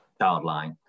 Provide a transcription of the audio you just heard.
Childline